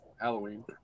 Halloween